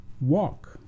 walk